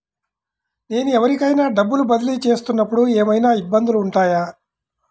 నేను ఎవరికైనా డబ్బులు బదిలీ చేస్తునపుడు ఏమయినా ఇబ్బందులు వుంటాయా?